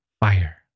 fire